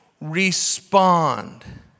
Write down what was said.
Respond